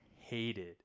hated